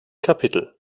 kapitel